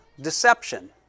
deception